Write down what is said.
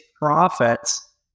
profits